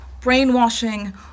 brainwashing